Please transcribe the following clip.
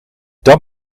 dat